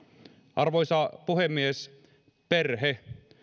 arvoisa puhemies perhe